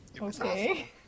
Okay